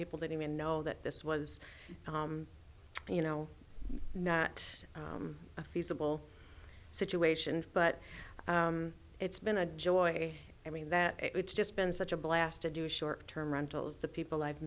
people didn't even know that this was you know not a feasible situation but it's been a joy i mean that it's just been such a blast to do short term rentals the people i've